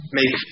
make